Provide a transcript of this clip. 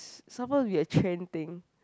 s~ supposed to be a trend thing